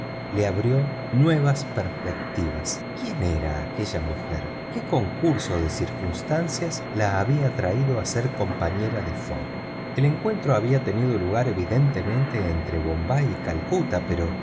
le abrió nuevas perspectivas quién era aquella mujer qué concurso de circunstancias la habían traído a ser compañera de fogg el encuentro había tenido lugar evidentemente entre bombay y calcuta pero